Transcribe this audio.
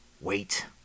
Wait